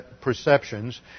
perceptions